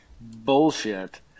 Bullshit